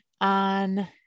on